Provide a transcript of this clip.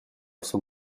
sun